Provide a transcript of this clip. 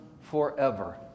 forever